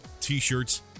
t-shirts